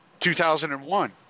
2001